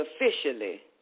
officially